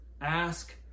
Ask